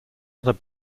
other